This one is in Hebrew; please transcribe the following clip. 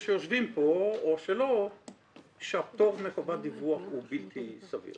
שיושבים פה או שלא שהפטור מחובת דיווח הוא בלתי סביר.